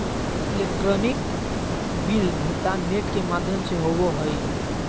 electronic bill भुगतान net के माघ्यम से होवो हइ